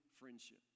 friendship